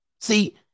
See